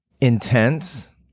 Intense